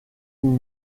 une